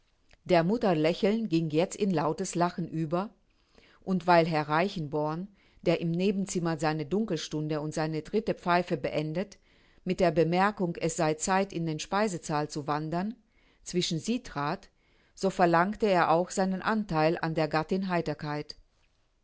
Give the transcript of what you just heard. der mutter lächeln ging jetzt in lautes lachen über und weil herr reichenborn der im nebenzimmer seine dunkelstunde und seine dritte pfeife beendet mit der bemerkung es sei zeit in den speisesaal zu wandern zwischen sie trat so verlangte er auch seinen antheil an der gattin heiterkeit